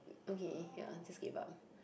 okay ya just give up